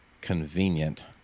convenient